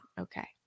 Okay